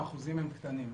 האחוזים הם קטנים,